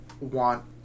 want